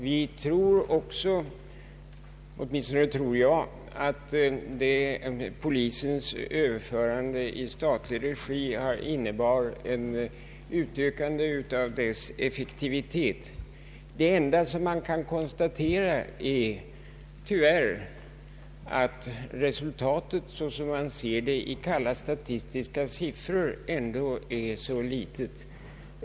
Vi tror också — åtminstone jag — att polisens överförande i statlig regi har inneburit en förbättring av dess effektivitet. Tyvärr kan man dock konstatera att resultatet sådant man ser det i kalla statistiska siffror ändå är så dåligt.